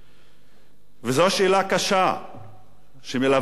זו שאלה קשה שמלווה אותי הרבה זמן,